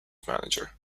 manager